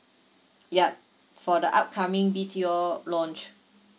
yup for the upcoming B_T_O launch